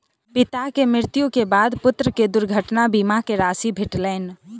पिता के मृत्यु के बाद पुत्र के दुर्घटना बीमा के राशि भेटलैन